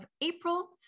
April